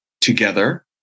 together